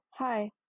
Hi